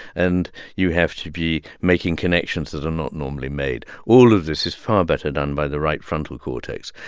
and you have to be making connections that are not normally made. all of this is far better done by the right frontal cortex.